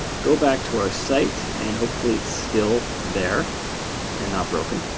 go back to our site, and hopefully it's still there and not broken.